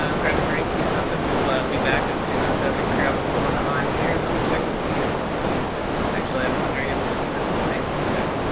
um grab a drink do something we'll ah be back as soon as we figure out what's going on here. let me check and see if actually i'm wondering if it's even playing let me check.